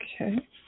Okay